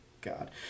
God